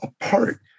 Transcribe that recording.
apart